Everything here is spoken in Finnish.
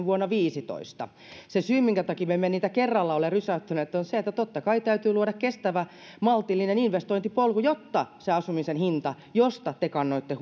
vuonna viisitoista se syy minkä takia me emme niitä kerralla ole rysäyttäneet on se että totta kai täytyy luoda kestävä maltillinen investointipolku jotta se asumisen hinta josta te kannoitte